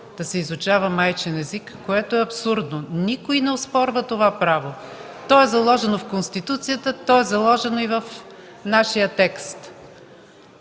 да се изучава майчин език, което е абсурдно. Никой не оспорва това право – то е заложено в Конституцията и в нашия текст.